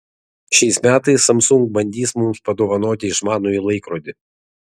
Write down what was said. šiais metais samsung bandys mums padovanoti išmanųjį laikrodį